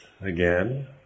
again